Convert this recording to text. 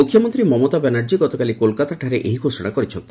ମୁଖ୍ୟମନ୍ତ୍ରୀ ମମତା ବାନାର୍ଜୀ ଗତକାଲି କୋଲକାତାଠାରେ ଏହି ଘୋଷଣା କରିଛନ୍ତି